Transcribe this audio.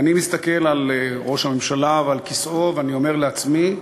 ואני מסתכל על ראש הממשלה ועל כיסאו ואני אומר לעצמי: